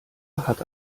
hat